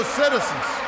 citizens